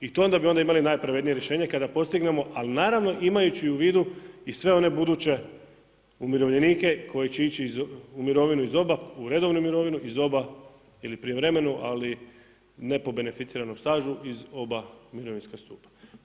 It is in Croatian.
I to bi onda imali najpravednije rješenje kada postignemo, ali naravno imajući u vidu i sve one buduće umirovljenike koji će ići u mirovinu iz oba u redovnu mirovinu iz oba ili prijevremenu, ali ne po beneficiranom stažu iz oba mirovinska stupa.